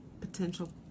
potential